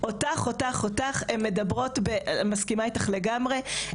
אני מסכימה איתך לגמרי,